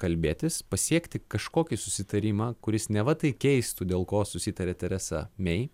kalbėtis pasiekti kažkokį susitarimą kuris neva tai keistų dėl ko susitaria teresa mei